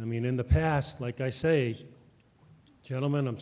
i mean in the past like i say gentlemen i'm